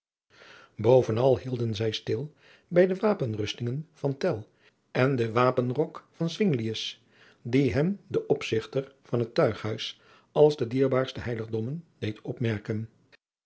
bovenal hielden zij stil bij de wapenrustingen van tell en den wapenrok van zwinglius die hen de opzigter van het tuighuis als de dierbaarste heiligdommen deed opmerken